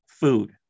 food